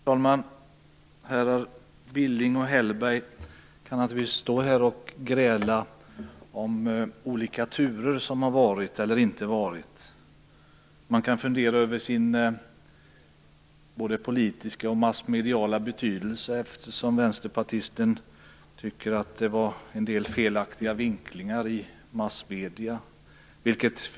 Fru talman! Herrar Billing och Hellberg kan naturligtvis stå här och gräla om olika turer som varit eller inte varit. Man kan fundera över sin politiska och massmediala betydelse, eftersom vänsterpartisten tyckte att det var en del felaktiga vinklingar i massmedierna.